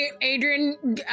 Adrian